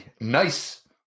nice